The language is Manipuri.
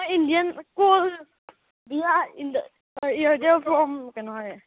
ꯀꯩꯅꯣ ꯍꯥꯏꯔꯛꯑꯦ